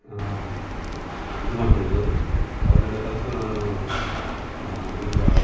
ಇದು ಮಾಡ್ತಾ ಇದ್ದರು ಅವರಿಂದ ಕಲಿತು ನಾನು ಈಗ